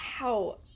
Wow